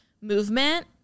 movement